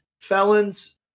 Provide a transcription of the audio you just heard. felons